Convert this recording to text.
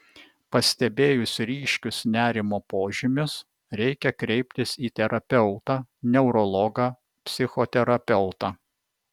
pastebėjus ryškius nerimo požymius reikia kreiptis į terapeutą neurologą psichoterapeutą